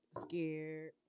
scared